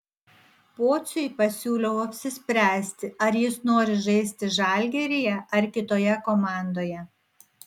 pociui pasiūliau apsispręsti ar jis nori žaisti žalgiryje ar kitoje komandoje